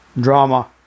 Drama